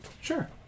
Sure